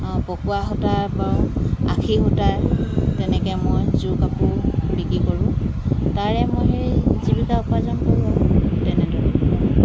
পকোৱা সূতাৰ বওঁ আশী সূতাৰ তেনেকৈ মই যোৰ কাপোৰ বিক্ৰী কৰোঁ তাৰে মই সেই জীৱিকা উপাৰ্জন কৰোঁ আৰু তেনেদৰেই